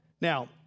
Now